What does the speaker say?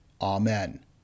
Amen